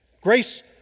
Grace